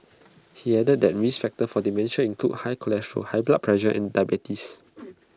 he added that risk factors for dementia include high cholesterol high blood pressure and diabetes